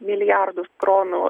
milijardus kronų